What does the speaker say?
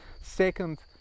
second